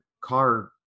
car